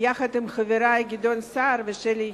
יחד עם חברי גדעון סער ושלי יחימוביץ.